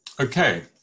Okay